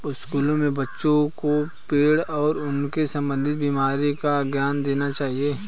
स्कूलों में बच्चों को पेड़ और उनसे संबंधित बीमारी का ज्ञान देना चाहिए